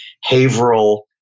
Haverhill